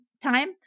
time